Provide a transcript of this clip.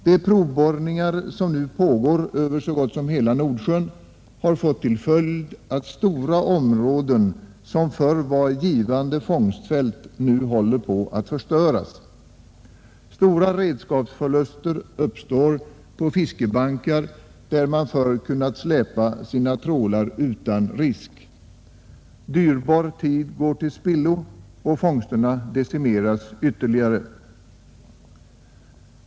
De provborrningar som nu pågår över så gott som hela Nordsjön har fått till följd att stora områden som förr var givande fångstfält nu håller på att förstöras. Stora redskapsförluster uppstår på fiskebankar där man förr kunnat släpa sina trålar utan risk. Dyrbar tid går till spillo och fångsterna decimeras ytterligare.